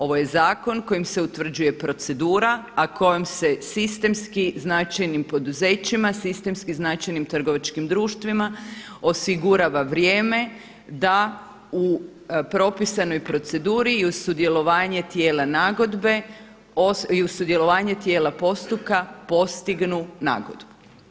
Ovo je zakon kojim se utvrđuje procedura, a kojom se sistemskim značajnim poduzećima, sistemski značajnim trgovačkim društvima osigurava vrijeme da u propisanoj proceduri i uz sudjelovanje tijela nagodbe i uz sudjelovanje tijela postupka postignu nagodbu.